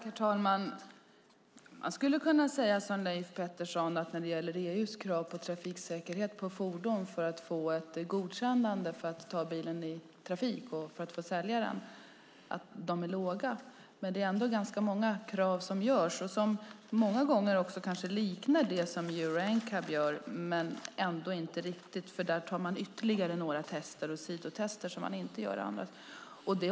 Herr talman! Man skulle kunna säga som Leif Pettersson, att EU:s krav på fordons trafiksäkerhet för att få ett godkännande av att en bil tas i trafik och för att få sälja en bil är låga. Men det finns ganska många krav, och många gånger liknar kanske det som görs just det som Euro NCAP gör men ändå inte riktigt eftersom man där gör ytterligare några tester, sidotester, som annars inte görs.